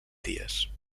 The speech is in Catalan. dies